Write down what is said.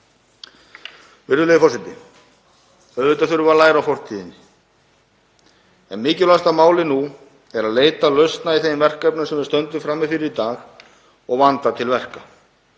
Virðulegur forseti. Auðvitað þurfum við að læra af fortíðinni en mikilvægasta málið nú er að leita lausna í þeim verkefnum sem við stöndum frammi fyrir í dag og vanda til verka.